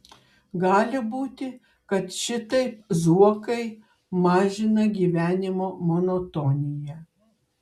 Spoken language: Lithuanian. gali būti kad šitaip zuokai mažina gyvenimo monotoniją